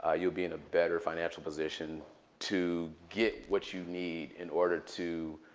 ah you'll be in a better financial position to get what you need in order to